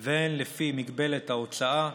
והן לפי מגבלת ההוצאה,